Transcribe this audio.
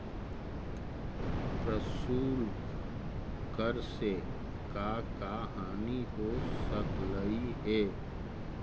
प्रशुल्क कर से का का हानि हो सकलई हे